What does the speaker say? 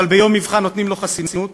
אבל ביום מבחן נותנים לו חסינות.